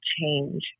change